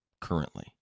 currently